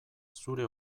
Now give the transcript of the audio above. zure